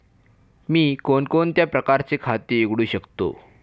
मी कोणकोणत्या प्रकारचे खाते उघडू शकतो?